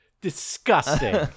Disgusting